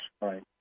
Right